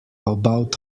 about